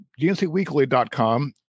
gncweekly.com